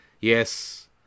Yes